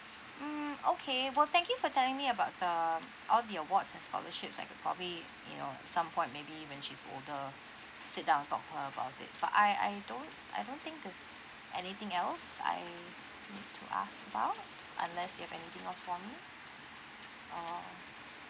hmm okay well thank you for telling me about the all the awards and scholarships I can probably you know some point maybe when she's older sit down talk to her about it but I I don't I don't think there's anything else I want to ask about unless you have anything else for me uh